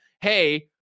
hey